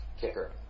kicker